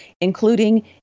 including